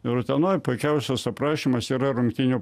ir utenoj puikiausias aprašymas yra rungtynių